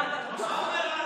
חברת הכנסת אורנה